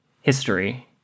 History